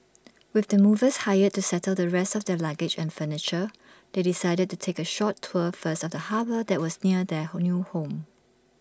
with the movers hired to settle the rest of their luggage and furniture they decided to take A short tour first of the harbour that was near their new home